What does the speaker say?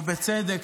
ובצדק,